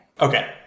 Okay